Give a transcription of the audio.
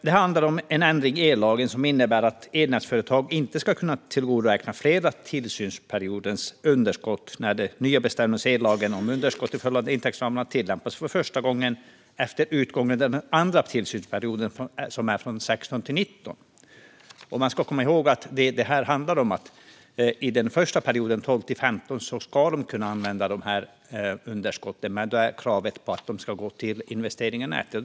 Det handlar om en ändring i ellagen som innebär att elnätsföretag inte ska kunna tillgodoräkna sig flera tillsynsperioders underskott när de nya bestämmelserna i ellagen om underskott i förhållande till intäktsramen tillämpas för första gången efter utgången av den andra tillsynsperioden, som är 2016-2019. Man ska komma ihåg att för den första perioden, 2012-2015, ska de kunna använda underskotten, men då är kravet att dessa ska gå till investeringar i nätet.